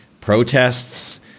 protests